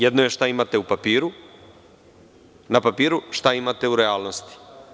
Jedno je šta imate na papiru, šta imate u realnosti.